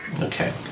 Okay